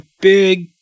big